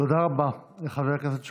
תודה רבה לחבר הכנסת קרעי.